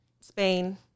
Spain